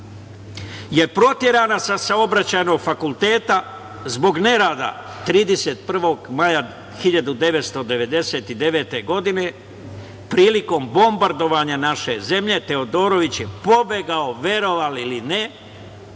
je proterana sa Saobraćajnog fakulteta zbog nerada 31. maja 1999. godine. Prilikom bombardovanja naše zemlje Teodorović je pobegao, verovali ili ne,